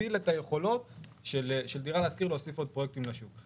להגדיל את היכולות של דירה להשכיר להוסיף עוד פרויקטים לשוק.